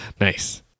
Nice